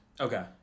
Okay